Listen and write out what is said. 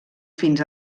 fins